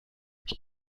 ich